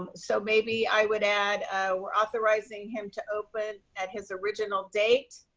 um so maybe i would add we're authorizing him to open at his original date,